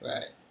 Right